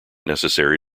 necessary